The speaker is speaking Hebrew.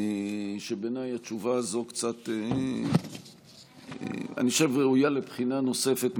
שבעיניי התשובה הזאת קצת ראויה לבחינה נוספת,